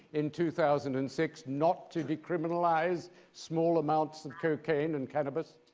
in two thousand and six, not to decriminalize small amounts of cocaine and cannabis?